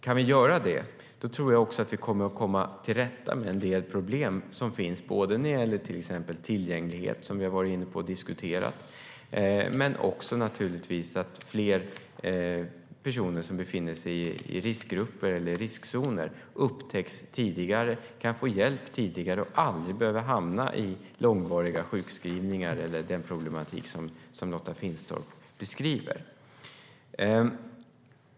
Kan vi göra det tror jag att vi kommer att komma till rätta med en del problem som finns när det till exempel gäller tillgänglighet, som vi varit inne på och diskuterat, och att fler personer som befinner sig i riskgrupper eller riskzoner upptäcks tidigare, kan få hjälp tidigare och aldrig behöver hamna i långvariga sjukskrivningar och den problematik som Lotta Finstorp beskriver.